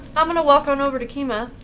am going to walk on over to kima.